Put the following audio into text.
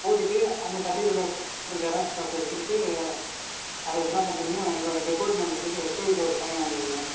போட்டுவிட்டு அந்த சர்டிவிகேட்டோடய ஒரு ஜெராக்ஸ் காப்பி எடுத்துக்கிட்டு அதை என்ன பண்ணுறீங்க உங்கள் டிப்பார்ட்மென்ட்டில் போய்ட்டு எச்ஓடிகிட்ட ஒரு சைன் வாங்கிக்கோங்க